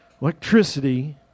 electricity